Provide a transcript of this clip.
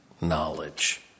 knowledge